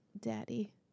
daddy